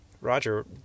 roger